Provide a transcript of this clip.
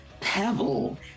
Pebble